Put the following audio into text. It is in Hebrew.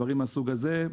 דברים מהסוג הזה,